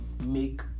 make